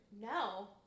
No